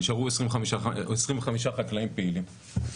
נשארו 25 חקלאים פעילים.